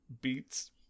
beats